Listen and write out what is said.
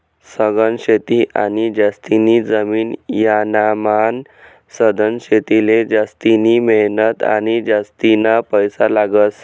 सघन शेती आणि जास्तीनी जमीन यानामान सधन शेतीले जास्तिनी मेहनत आणि जास्तीना पैसा लागस